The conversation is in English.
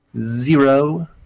zero